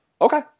Okay